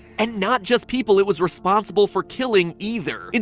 and not just people it was responsible for killing either. and